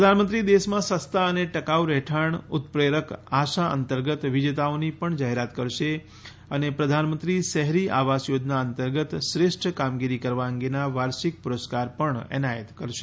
પ્રધાનમંત્રી દેશમાં સસ્તા અને ટકાઉ રહેઠાંણ ઉત્પ્રરેક આશા અંતર્ગત વિજેતાઓની પણ જાહેરાત કરશે અને પ્રધાનમંત્રી શહેરી આવાસ યોજના અંતર્ગત શ્રેષ્ઠ કામગીરી કરવા અંગેના વાર્ષિક પુરસ્કાર પણ એનાયત કરશે